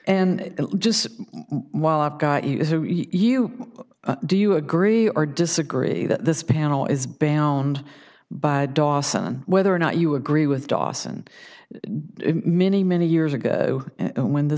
and just while i've got you you do you agree or disagree that this panel is beyond by dawson whether or not you agree with dawson many many years ago when the